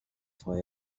for